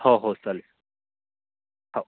हो हो चालेल हो